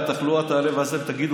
אתה תראה